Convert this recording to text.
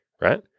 right